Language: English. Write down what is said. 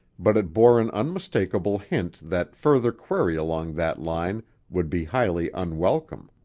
but it bore an unmistakable hint that further query along that line would be highly unwelcome.